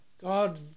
God